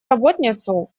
работницу